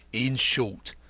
in short,